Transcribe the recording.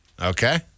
Okay